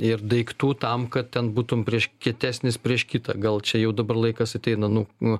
ir daiktų tam kad ten būtum prieš kietesnis prieš kitą gal čia jau dabar laikas ateina nu nu